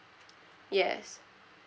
yes